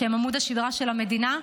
הם עמוד השדרה של המדינה.